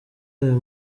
aya